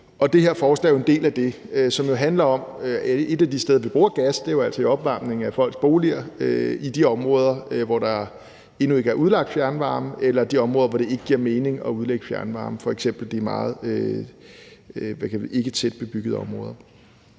det her forslag er jo en del af det. Et af de steder, hvor vi bruger gas, er altså i opvarmningen af folks boliger i de områder, hvor der endnu ikke er udlagt fjernvarme, eller i de områder, hvor det ikke giver mening at udlægge fjernvarme, f.eks. i områder,